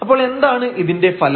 അപ്പോൾ എന്താണ് ഇതിന്റെ ഫലം